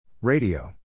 radio